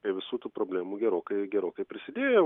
prie visų tų problemų gerokai gerokai prisidėjom